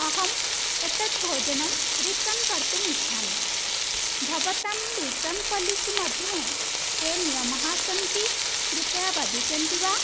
अहम् एतत् भोजनं रिटर्न् कर्तुम् इच्छामि भवतः रिट्र्न् पालिसिमध्ये के नियमाः सन्ति कृपया वदिष्यन्ति वा